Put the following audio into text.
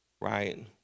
right